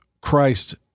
Christ